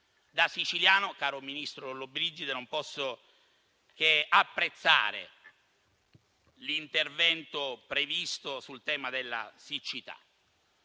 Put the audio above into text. Da siciliano, signor ministro Lollobrigida, non posso che apprezzare l'intervento previsto sul tema della siccità.